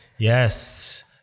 Yes